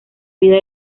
vida